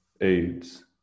AIDS